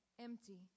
empty